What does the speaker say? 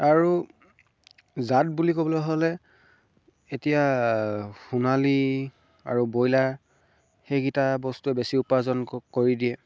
আৰু জাত বুলি ক'বলৈ হ'লে এতিয়া সোণালী আৰু ব্ৰইলাৰ সেইকেইটা বস্তুৱে বেছি উপাৰ্জন ক কৰি দিয়ে